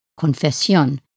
Confesión